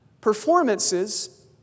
Performances